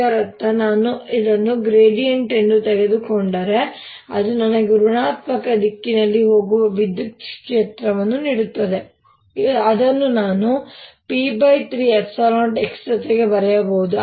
ಇದರರ್ಥ ನಾನು ಅದನ್ನು ಗ್ರೇಡಿಯಂಟ್ ಎಂದು ತೆಗೆದುಕೊಂಡರೆ ಅದು ನನಗೆ ಋಣಾತ್ಮಕ ದಿಕ್ಕಿನಲ್ಲಿ ಹೋಗುವ ವಿದ್ಯುತ್ ಕ್ಷೇತ್ರವನ್ನು ನೀಡುತ್ತದೆ ಅದನ್ನು ನಾನು P30x ಜೊತೆಗೆ ಬರೆಯಬಹುದು